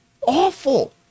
awful